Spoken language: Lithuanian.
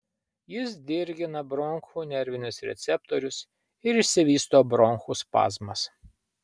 jis dirgina bronchų nervinius receptorius ir išsivysto bronchų spazmas